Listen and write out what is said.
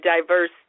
diverse